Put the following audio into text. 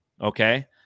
okay